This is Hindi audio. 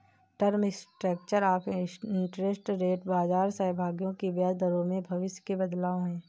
term structure of interest rate बाजार सहभागियों की ब्याज दरों में भविष्य के बदलाव है